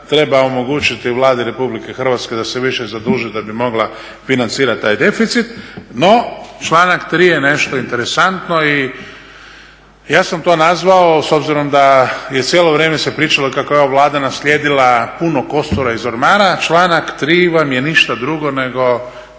treba omogućiti Vladi RH da se više zaduži da bi mogla financirati taj deficit. No, članak 3. je nešto interesantno i ja sam to nazvao, s obzirom da je cijelo vrijeme se pričalo kako je ova Vlada naslijedila puno kostura iz ormara, članak 3. vam je ništa drugo nego